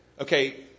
okay